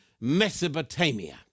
Mesopotamia